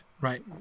right